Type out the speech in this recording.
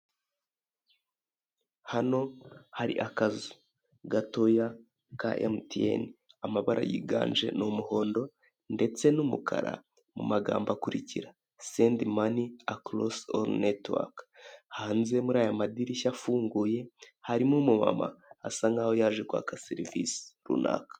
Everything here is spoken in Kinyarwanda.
Hano hari akazu gatoya ka emutiyeni. Amabara yiganje ni umuhondo ndetse n'umukara mu magambo akurikira: sendi mani akorose olu netiwaka hanze muri aya madishya afunguye harimo umumama asa nkaho yaje kwaka serivise runaka.